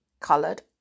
coloured